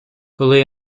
коли